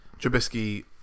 Trubisky